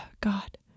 God